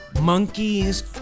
monkeys